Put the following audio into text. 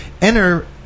enter